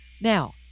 Now